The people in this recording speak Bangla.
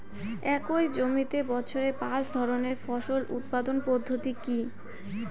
একই জমিতে বছরে পাঁচ ধরনের ফসল উৎপাদন পদ্ধতি কী?